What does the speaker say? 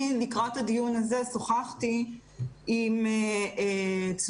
לקראת הדיון הזה אני שוחחתי עם צוותים,